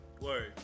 Word